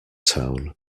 tone